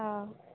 অঁ